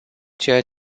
ceea